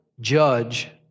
judge